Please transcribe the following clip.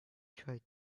try